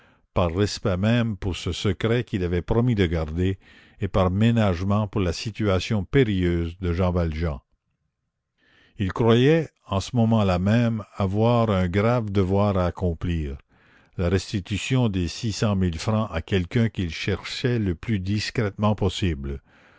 par respect même pour ce secret qu'il avait promis de garder et par ménagement pour la situation périlleuse de jean valjean il croyait en ce moment-là même avoir un grave devoir à accomplir la restitution des six cent mille francs à quelqu'un qu'il cherchait le plus discrètement possible